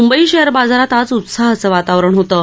Mumbai share बाजारात आज उत्साहाचं वातावरण होतं